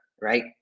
right